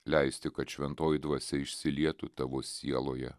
leisti kad šventoji dvasia išsilietų tavo sieloje